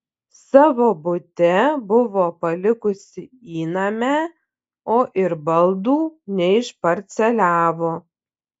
savo bute buvo palikusi įnamę o ir baldų neišparceliavo